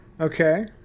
Okay